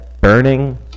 burning